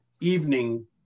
evening